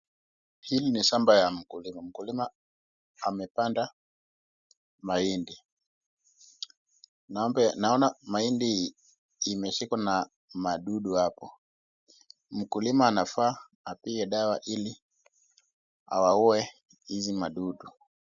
Hili ni shamba ya mkulima mkulima amepanda mahindi naona mahindi imeshikwa na madudu hapo mkulima anafaa apige dawa ili awaue hazi madudu.